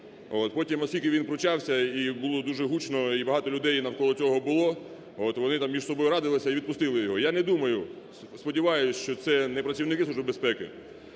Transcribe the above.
Потім, оскільки він пручався і було дуже гучно, і багато людей навколо цього було, вони там між собою радилися і відпустили його. Я не думаю, сподіваюсь, що це не працівники Служби безпеки